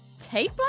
tape